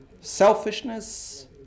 selfishness